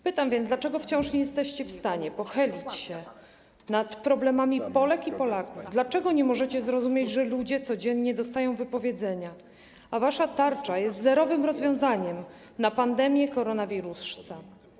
Pytam więc, dlatego wciąż nie jesteście w stanie pochylić się nad problemami Polek i Polaków, dlaczego nie możecie zrozumieć, że ludzie codziennie dostają wypowiedzenia, a wasza tarcza jest zerowym rozwiązaniem przeciwko pandemii koronawirusa.